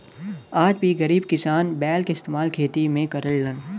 आज भी गरीब किसान बैल के इस्तेमाल खेती में करलन